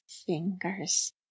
fingers